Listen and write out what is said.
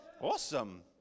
Awesome